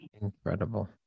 Incredible